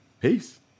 peace